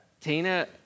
Tina